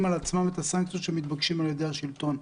על עצמם את הסנקציות שמתבקשות על-ידי השלטון.